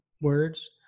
words